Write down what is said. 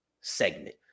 segment